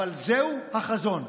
אבל זהו החזון.